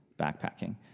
backpacking